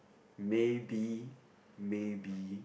maybe maybe